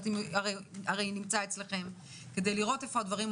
הרי הוא נמצא אצלכם,